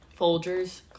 Folgers